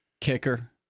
Kicker